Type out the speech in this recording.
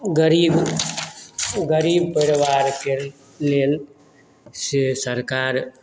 गरीब गरीब परिवारकेँ लेल से सरकार